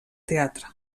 teatre